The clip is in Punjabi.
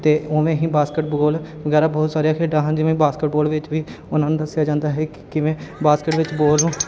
ਅਤੇ ਉਵੇਂ ਹੀ ਬਾਸਕਟਬੋਲ ਵਗੈਰਾ ਬਹੁਤ ਸਾਰੀਆਂ ਖੇਡਾਂ ਜਿਵੇਂ ਬਾਸਕਟਬੋਲ ਵਿੱਚ ਵੀ ਉਹਨਾਂ ਨੂੰ ਦੱਸਿਆ ਜਾਂਦਾ ਹੈ ਕਿ ਕਿਵੇਂ ਬਾਸਕਟ ਵਿੱਚ ਬੋਲ ਨੂੰ